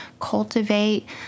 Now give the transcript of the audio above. cultivate